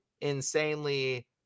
insanely